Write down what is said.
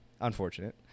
unfortunate